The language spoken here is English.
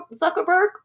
Zuckerberg